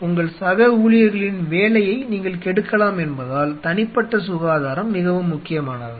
உங்கள் சக ஊழியர்களின் வேலையை நீங்கள் கெடுக்கலாம் என்பதால் தனிப்பட்ட சுகாதாரம் மிகவும் முக்கியமானது